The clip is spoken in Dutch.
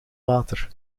water